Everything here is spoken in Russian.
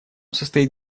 состоит